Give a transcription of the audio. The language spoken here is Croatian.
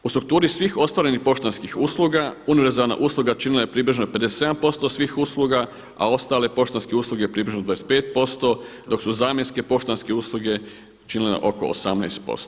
U strukturi svih ostvarenih poštanskih usluga univerzalna usluga činila je približno 57% svih usluga, a ostale poštanske usluge približno 25% dok su zamjenske poštanske usluge činile oko 18%